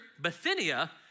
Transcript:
Bithynia